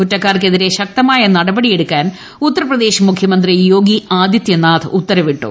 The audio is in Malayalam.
കുറ്റക്കാർക്കെതിരെ ശക്തമായ നടപടിയെടുക്കാൻ ഉത്തർപ്രദേശ് മുഖ്യമന്ത്രി യോഗി ആദിത്യനാഥ് ഉത്തരവിട്ടു